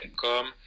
come